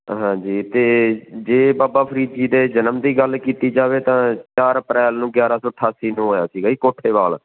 ਹਾਂਜੀ ਅਤੇ ਜੇ ਬਾਬਾ ਫ਼ਰੀਦ ਜੀ ਦੇ ਜਨਮ ਦੀ ਗੱਲ ਕੀਤੀ ਜਾਵੇ ਤਾਂ ਚਾਰ ਅਪ੍ਰੈਲ ਨੂੰ ਗਿਆਰ੍ਹਾਂ ਸੌ ਅਠਾਸੀ ਨੂੰ ਹੋਇਆ ਸੀਗਾ ਜੀ ਕੋਠੇਵਾਲ